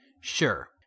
Sure